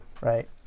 right